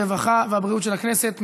הרווחה והבריאות של הכנסת.